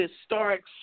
historic